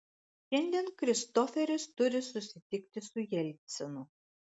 šiandien kristoferis turi susitikti su jelcinu